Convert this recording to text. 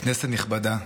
כנסת נכבדה,